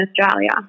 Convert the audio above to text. Australia